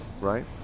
Right